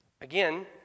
Again